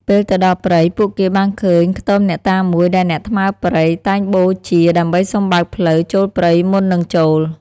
ពេលទៅដល់ព្រៃ ពួកគេបានឃើញខ្ទមអ្នកតាមួយ ដែលអ្នកថ្មើរព្រៃតែងបូជាដើម្បីសុំបើកផ្លូវចូលព្រៃមុននឹងចូល។